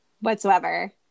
whatsoever